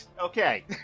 Okay